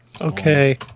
Okay